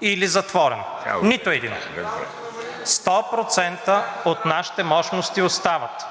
или затворен. Нито един! Сто процента от нашите мощности остават!